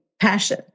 passion